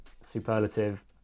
superlative